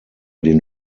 den